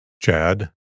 Chad